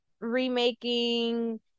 remaking